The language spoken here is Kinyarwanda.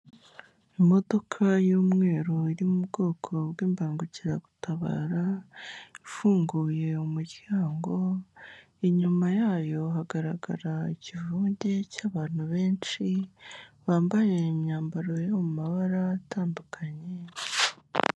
Imodoka y'umweru iri mu bwoko bw'imbangukiragutabara ifunguye umuryango, inyuma yayo hagaragara ikivunge cy'abantu benshi, bambaye imyambaro yo mu mabara atandukanye.